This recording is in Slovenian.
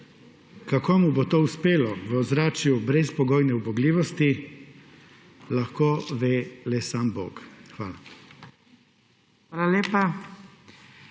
Kako mu bo to uspelo v ozračju brezpogojne ubogljivosti, lahko ve le sam bog. Hvala.